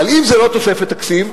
אבל אם זה לא תוספת תקציב,